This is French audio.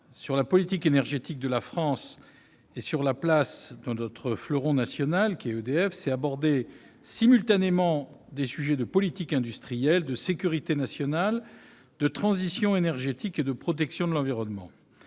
sur la politique énergétique de la France et sur la place de ce fleuron national qu'est EDF, c'est aborder simultanément des sujets de politique industrielle, de sécurité nationale, de transition énergétique et de protection de l'environnement.